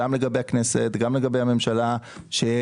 גם לגבי הכנסת וגם לגבי הממשלה שיש